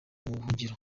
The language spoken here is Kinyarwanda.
buhungiro